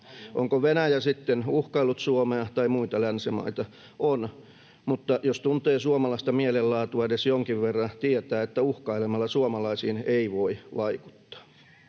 Onko Venäjä sitten uhkaillut Suomea tai muita länsimaita? On, mutta jos tuntee suomalaista mielenlaatua edes jonkin verran, tietää, että uhkailemalla suomalaisiin ei voi vaikuttaa.